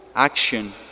Action